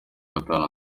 gatanu